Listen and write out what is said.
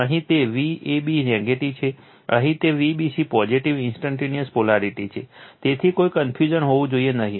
અહીં તે Vab negative છે અહીં તે Vbc પોઝિટિવ ઈન્સ્ટંટેનીઅસ પોલારિટી છે તેથી કોઈ કન્ફ્યુઝન હોવું જોઈએ નહીં